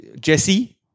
Jesse